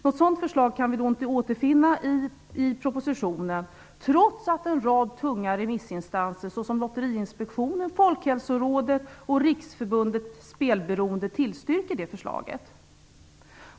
Något sådant förslag kan vi inte återfinna i propositionen, trots att en rad tunga remissinstanser, som Lotteriinspektionen, Folkhälsorådet och Riksförbundet Spelberoende, tillstyrker det förslaget.